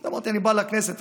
אמרתי: אני בא לכנסת.